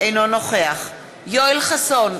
אינו נוכח יואל חסון,